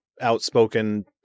outspoken